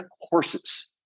horses